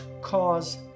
cause